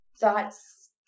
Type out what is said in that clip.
thoughts